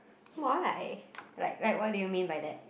why like like what do you mean by that